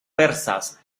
persas